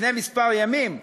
לפני כמה ימים,